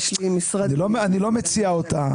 אני לא מציע אותה.